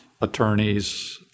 attorneys